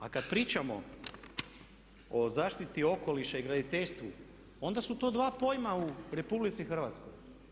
A kad pričamo o zaštiti okoliša i graditeljstvu onda su to dva pojma u Republici Hrvatskoj.